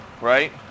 right